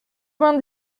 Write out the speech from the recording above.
vingt